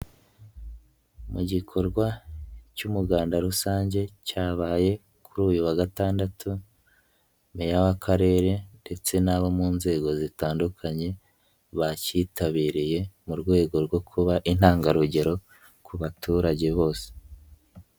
Mu gikorwa cy'umuganda rusange cyabaye kuri uyu wa gatandatu, Meya w'Akarere ndetse n'abo mu nzego zitandukanye bakitabiriye mu rwego rwo kuba intangarugero ku baturage bose.